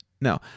No